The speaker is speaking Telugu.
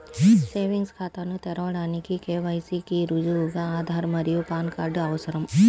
సేవింగ్స్ ఖాతాను తెరవడానికి కే.వై.సి కి రుజువుగా ఆధార్ మరియు పాన్ కార్డ్ అవసరం